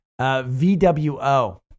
VWO